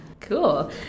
Cool